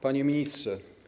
Panie Ministrze!